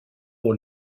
pour